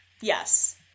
yes